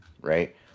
right